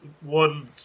one